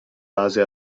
base